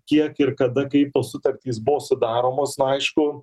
kiek ir kada kaip tos sutartys buvo sudaromos aišku